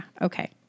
Okay